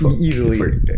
easily